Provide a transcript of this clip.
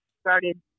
started